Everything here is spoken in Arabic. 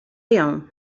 يوم